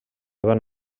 van